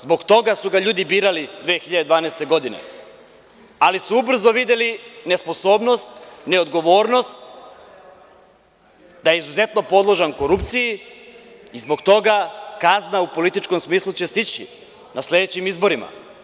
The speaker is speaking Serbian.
Zbog toga su ga ljudi birali 2012. godine, ali su ubrzo videli nesposobnost, neodgovornost da je izuzetno podložan korupciji i zbog toga kazna u politikom smislu će stići na sledećim izborima.